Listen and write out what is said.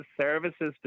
services